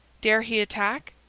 dare he attack?